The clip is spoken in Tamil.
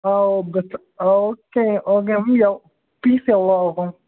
உங்க இஷ்டம் ஓகே ஓகே மேம் எவ் பீஸ் எவ்வளோ ஆகும்